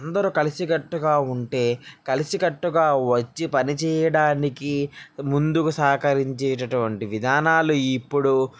అందరు కలిసి కట్టుగా వుంటే కలిసి కట్టుగా వచ్చి పని చేయడానికి ముందుకు సహకరించేటట్టువంటి విధానాలు ఇప్పుడు